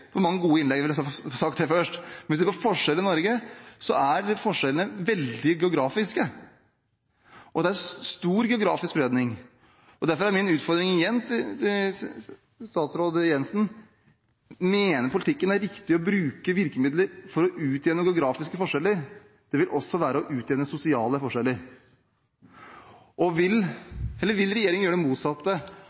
er de veldig geografiske. Det er stor geografisk spredning. Derfor er min utfordring igjen til statsråd Jensen: Mener hun det i politikken er riktig å bruke virkemidler for å utjevne geografiske forskjeller? Det vil også være å utjevne sosiale forskjeller. Eller vil regjeringen gjøre det motsatte?